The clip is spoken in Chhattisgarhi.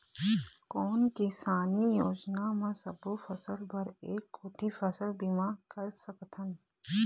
कोन किसानी योजना म सबों फ़सल बर एक कोठी फ़सल बीमा कर सकथन?